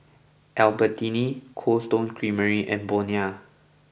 Albertini Cold Stone Creamery and Bonia